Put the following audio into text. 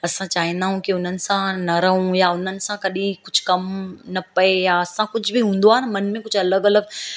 असां चाहींदा आहियूं की हुननि सां न रहूं या हुननि सां कॾहिं कुझु कमु न पए या असां कुझु बि हूंदो आहे न मन में कुझु अलॻि अलॻि